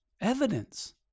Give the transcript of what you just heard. evidence